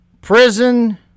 prison